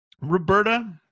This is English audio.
Roberta